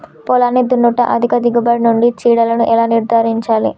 పొలాన్ని దున్నుట అధిక దిగుబడి నుండి చీడలను ఎలా నిర్ధారించాలి?